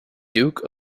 duke